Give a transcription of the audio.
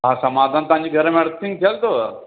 हा समाधान तव्हांजी घर में अर्थिंग थियलु अथव